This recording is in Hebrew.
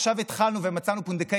עכשיו התחלנו ומצאנו פונדקאית,